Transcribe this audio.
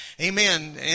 amen